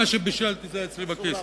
מה שבישלתי אצלי בכיס.